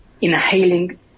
inhaling